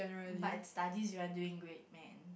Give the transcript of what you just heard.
but studies you are doing great man